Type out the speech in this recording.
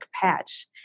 patch